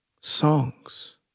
songs